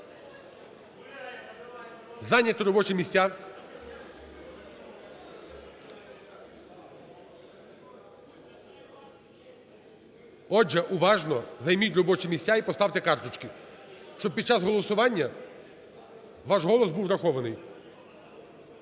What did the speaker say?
зайняти робочі місця. Отже, уважно, займіть робочі місця і поставте карточки, щоб під час голосування ваш голос був врахований.